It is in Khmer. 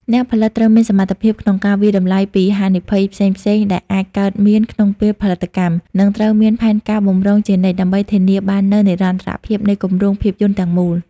អ្នកផលិតត្រូវមានសមត្ថភាពក្នុងការវាយតម្លៃពីហានិភ័យផ្សេងៗដែលអាចកើតមានក្នុងពេលផលិតកម្ម និងត្រូវមានផែនការបម្រុងជានិច្ចដើម្បីធានាបាននូវនិរន្តរភាពនៃគម្រោងភាពយន្តទាំងមូល។